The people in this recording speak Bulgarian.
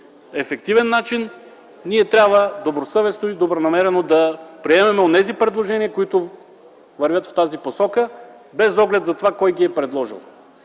ефективен начин, ние трябва добросъвестно и добронамерено да приемем онези предложения, които вървят в тази посока, без оглед на това кой ги е предложил.